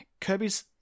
Kirby's